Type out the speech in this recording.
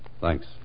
Thanks